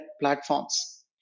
platforms